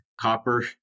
copper